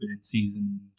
season